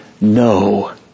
no